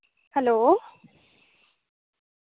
hello